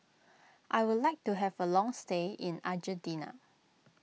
I would like to have a long stay in Argentina